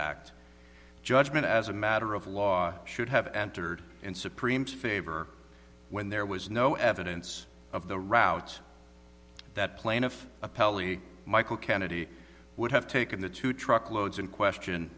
act judgment as a matter of law should have entered in supreme favor when there was no evidence of the routes that plaintiff appellee michael kennedy would have taken the two truckloads in question